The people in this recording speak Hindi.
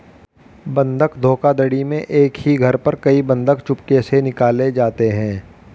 बंधक धोखाधड़ी में एक ही घर पर कई बंधक चुपके से निकाले जाते हैं